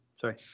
Sorry